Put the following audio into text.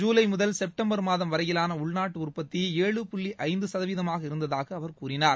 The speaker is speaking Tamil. ஜூலை முதல் செப்டம்பர் மாதம் வரையிலாள உள்நாட்டு உற்பத்தி ஏழு புள்ளி ஐந்து சதவிகிமாக இருந்ததாக அவர் கூறினார்